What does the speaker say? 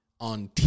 On